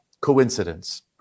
coincidence